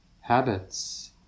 habits